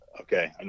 okay